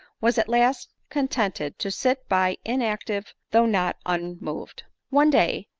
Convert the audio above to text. was at last contented to sit by inactive, though not unmoved. one day,